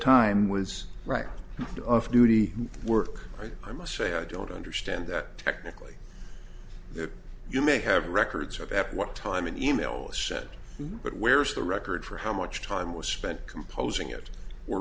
time was right to off duty work i must say i don't understand that technically you may have records of at what time an e mail is sent but where is the record for how much time was spent composing it